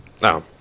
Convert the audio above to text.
No